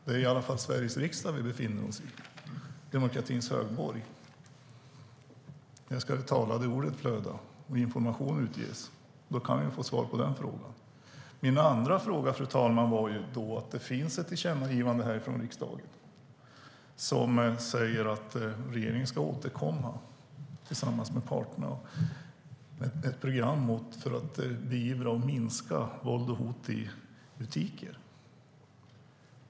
Det är i alla fall Sveriges riksdag vi befinner oss i, demokratins högborg. Där ska det talade ordet flöda och information utges. Då kan vi få svar på den frågan. Min andra fråga, fru talman, gällde att det finns ett tillkännagivande från riksdagen som säger att regeringen ska återkomma tillsammans med parterna med ett program för att beivra och minska våld och hot i butiker.